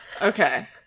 Okay